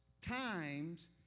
times